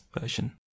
version